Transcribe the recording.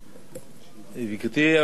גברתי היושבת-ראש,